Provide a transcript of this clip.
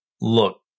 look